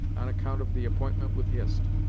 on account of the appointment with hist,